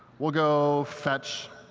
we'll go fetch